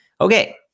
Okay